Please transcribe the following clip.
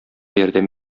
ярдәм